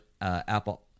Apple